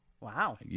Wow